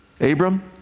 Abram